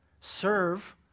Serve